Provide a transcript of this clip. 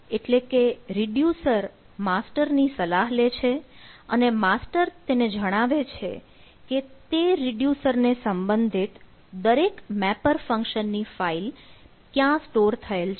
એટલે કે રીડ્યુસર માસ્ટરની સલાહ લે છે અને માસ્ટર તેને જણાવે છે કે તે રીડ્યુસર ને સંબંધિત દરેક મેપર ફંકશનની ફાઈલ ક્યાં સ્ટોર થયેલ છે